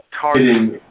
Targeting